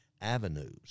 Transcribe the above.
avenues